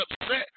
upset